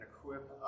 equip